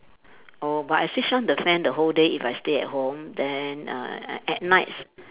oh but I switch on the fan the whole day if I stay home then uh a~ at nights